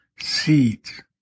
seeds